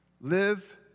live